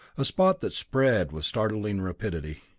a spot that spread with startling rapidity,